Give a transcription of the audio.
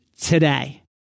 today